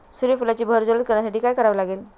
सूर्यफुलाची बहर जलद करण्यासाठी काय करावे लागेल?